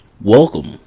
Welcome